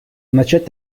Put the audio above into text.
начать